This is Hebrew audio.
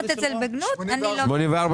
רביזיה על פניות מספר 81 82: מדע, תרבות וספורט.